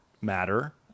matter